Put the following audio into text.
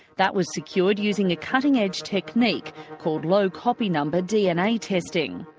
that was secured using a cutting-edge technique called low copy number dna testing.